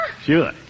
Sure